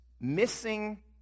Missing